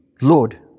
Lord